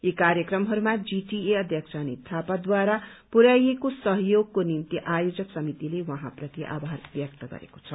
यी कार्यक्रमहरूमा जीटीए अध्यक्ष अनित थापादारा पुरयाइएको सहयोगको निम्ति आयोजक सामितिले उहाँप्रति आभार व्यक्त गरेको छ